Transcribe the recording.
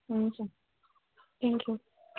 हुन्छ thank you